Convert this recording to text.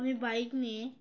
আমি বাইক নিয়ে